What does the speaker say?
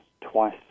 twice